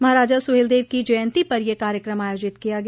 महाराजा सुहेलदेव की जयंती पर यह कार्यक्रम आयोजित किया गया